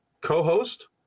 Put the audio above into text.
co-host